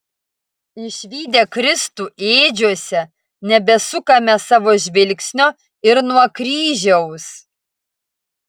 išvydę kristų ėdžiose nebesukame savo žvilgsnio ir nuo kryžiaus